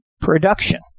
production